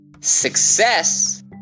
Success